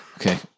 okay